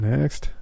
Next